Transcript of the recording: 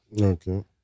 Okay